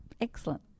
excellent